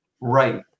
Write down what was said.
right